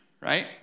right